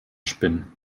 spinnen